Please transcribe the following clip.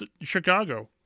Chicago